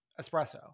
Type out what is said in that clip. espresso